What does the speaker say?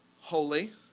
holy